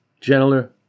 gentler